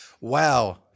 wow